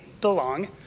belong